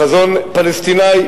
חזון פלסטיני,